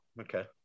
okay